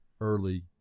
early